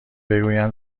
بگویند